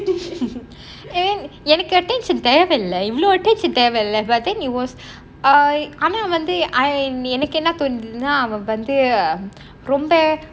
and எனக்கு:enakku attention தேவையில்ல இவ்வளவு:thevaiyilla ivvalavu attention தேவையில்ல:thevaiilla but then he was um ஆனா வந்து எனக்கு என்ன தோணுதுன்னா:aana vanthu enakku enna thonuthunna